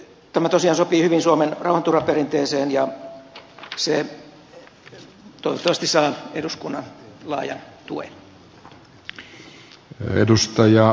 tämä tosiaan sopii hyvin suomen rauhanturvaperinteeseen ja saa toivottavasti eduskunnan laajan tuen